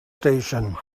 station